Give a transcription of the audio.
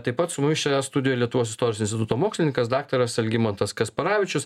tai pat mus šioje studijoje lietuvos istorijos instituto mokslininkas daktaras algimantas kasparavičius